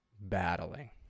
battling